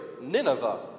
Nineveh